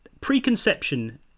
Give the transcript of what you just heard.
preconception